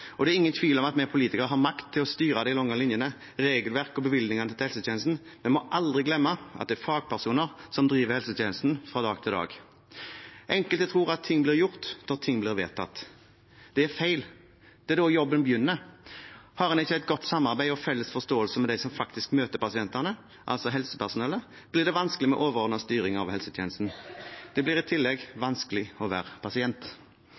Det er ingen tvil om at vi politikere har makt til å styre de lange linjene: regelverk og bevilgningene til helsetjenesten. Men vi må aldri glemme at det er fagpersoner som driver helsetjenesten fra dag til dag. Enkelte tror at ting blir gjort når ting blir vedtatt. Det er feil. Det er da jobben begynner. Har en ikke et godt samarbeid og felles forståelse med dem som faktisk møter pasientene, altså helsepersonellet, blir det vanskelig med overordnet styring av helsetjenesten. Det blir i tillegg vanskelig å være pasient.